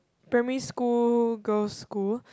primary school girls' school